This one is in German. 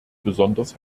besonders